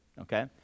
okay